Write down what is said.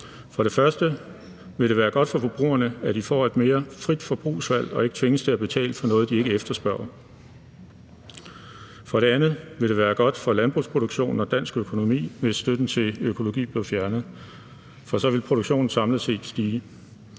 For det første vil det være godt for forbrugerne, at de får et mere frit forbrugsvalg og ikke tvinges til at betale for noget, de ikke efterspørger. For det andet vil det være godt for landbrugsproduktionen og dansk økonomi, hvis støtten til økologi bliver fjernet, for så vil produktionen samlet set stige.